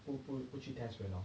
不不不去 test 人 hor